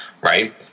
right